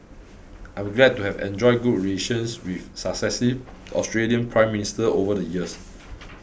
I am glad to have enjoyed good relations with successive Australian Prime Ministers over the years